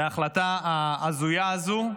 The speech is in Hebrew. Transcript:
מההחלטה ההזויה הזו.